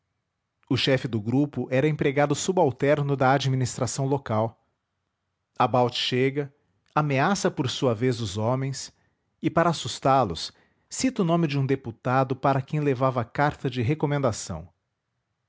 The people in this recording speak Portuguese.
o chefe do grupo era empregado subalterno da administração local about chega ameaça por sua vez os homens e para assustálos cita o nome de um deputado para quem levava carta de recomendação